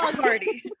party